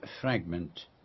fragment